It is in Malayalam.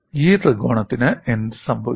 ഈ ത്രികോണത്തിന് എന്ത് സംഭവിക്കും